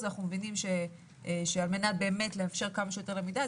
אנחנו מבינים שעל מנת לאפשר כמה שיותר למידה,